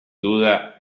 duda